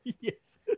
Yes